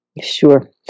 Sure